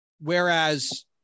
Whereas